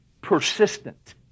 persistent